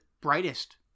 brightest